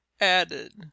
added